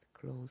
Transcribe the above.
close